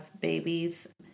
babies